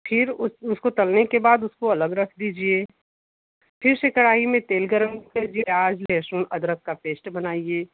फिर उसको तलने के बाद उसको अलग रख दीजिए फिर से कढ़ाई में तेल गर्म कर प्याज लहसुन अदरक का पेस्ट बनाइये